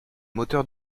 moteurs